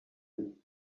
and